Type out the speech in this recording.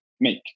make